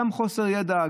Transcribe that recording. גם חוסר ידע,